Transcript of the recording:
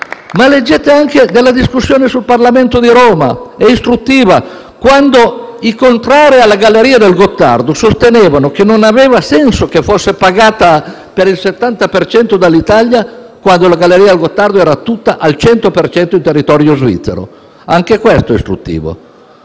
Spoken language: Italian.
Ma leggete anche la discussione del Parlamento di Roma, che è istruttiva, allorquando i contrari alla galleria del Gottardo sostenevano che non aveva senso che fosse pagata per il 70 per cento dall'Italia, dal momento che la galleria del Gottardo era tutta, al 100 per cento, in territorio svizzero. Anche questo è istruttivo.